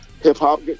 hip-hop